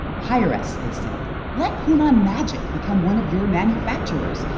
hire us, they say. let hunan magic become one of your manufacturers.